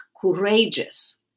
courageous